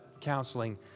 counseling